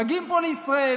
מגיעים פה לישראל,